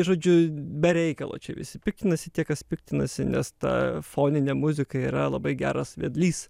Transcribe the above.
žodžiu be reikalo čia visi piktinasi tie kas piktinasi nes ta foninė muzika yra labai geras vedlys